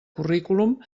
currículum